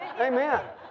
Amen